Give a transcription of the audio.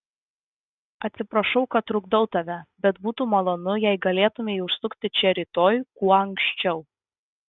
atsiprašau kad trukdau tave bet būtų malonu jei galėtumei užsukti čia rytoj kuo anksčiau